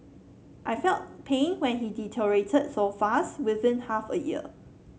I felt pain when he deteriorated so fast within half a year